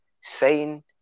Satan